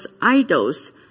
idols